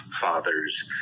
fathers